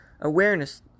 awareness